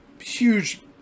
huge